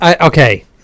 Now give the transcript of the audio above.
Okay